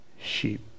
sheep